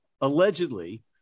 allegedly